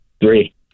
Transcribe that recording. Three